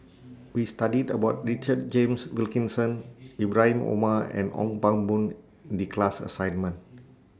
We studied about Richard James Wilkinson Ibrahim Omar and Ong Pang Boon in class assignment